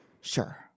Sure